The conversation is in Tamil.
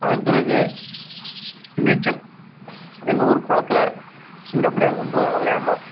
அதன் பிறகு நீச்சல் எங்கள் ஊரு குளத்துல சின்ன பிள்ளையா இருக்கும் போது நாங்கள் விளையாண்டோம்